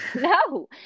no